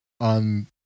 on